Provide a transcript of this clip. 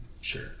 Sure